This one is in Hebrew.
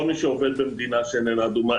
כל מי שעובד במדינה שאיננה אדומה,